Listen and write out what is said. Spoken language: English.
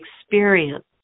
experience